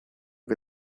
que